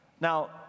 Now